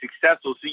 successful